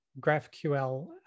GraphQL